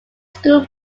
school